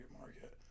market